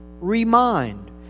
Remind